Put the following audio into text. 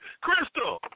Crystal